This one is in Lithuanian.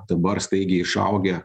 dabar staigiai išaugę